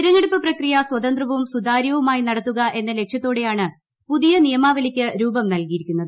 തിരഞ്ഞുട്ടു്പ്പ് പ്രക്രിയ സ്വതന്ത്രവും സുതാര്യവുമായി നടത്തുക പ്രിൻ ് ലക്ഷ്യത്തോടെയാണ് പുതിയ നിയമാവലിക്ക് രൂപം നൽക്ടിയിരിക്കുന്നത്